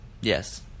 yes